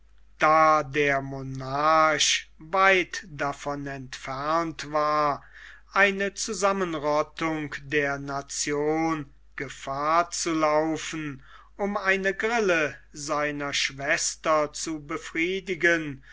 der monarch weit davon entfernt war eine zusammenrottung der nation gefahr zu laufen um eine grille seiner schwester zu befriedigen